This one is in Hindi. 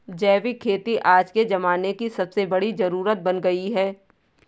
जैविक खेती आज के ज़माने की सबसे बड़ी जरुरत बन गयी है